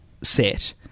set